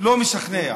לא משכנע,